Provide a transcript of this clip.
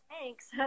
Thanks